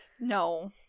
No